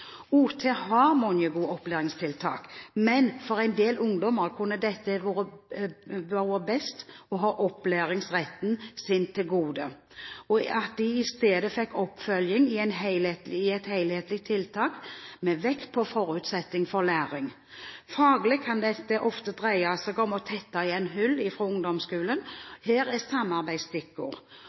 OT har mange og gode opplæringstiltak. Men for en del ungdommer kunne det vært best å ha opplæringsretten til gode og i stedet få oppfølging i et helhetlig tiltak, med vekt på forutsetningene for læring. Faglig kan det ofte dreie seg om å tette igjen hull fra ungdomsskolen. Her er